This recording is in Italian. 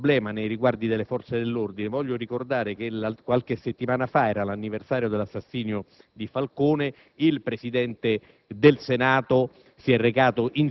questo problema nei riguardi delle forze dell'ordine, voglio ricordare che qualche settimana fa cadeva l'anniversario dell'assassinio di Giovanni Falcone. Il Presidente del Senato